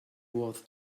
was